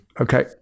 Okay